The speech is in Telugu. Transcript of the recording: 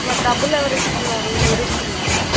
మరి డబ్బులు ఎవరు ఇస్తున్నారు మీరు ఇస్తున్నారా